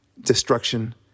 destruction